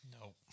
No